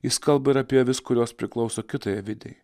jis kalba apie ir avis kurios priklauso kitai avidei